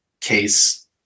case